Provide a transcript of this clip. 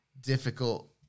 difficult